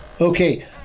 Okay